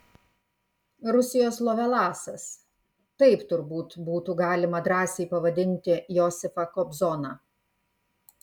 rusijos lovelasas taip turbūt būtų galima drąsiai pavadinti josifą kobzoną